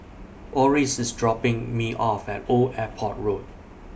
Orris IS dropping Me off At Old Airport Road